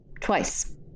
Twice